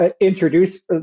Introduce